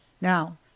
Now